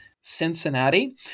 Cincinnati